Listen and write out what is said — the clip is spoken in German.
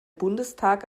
bundestag